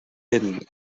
hidden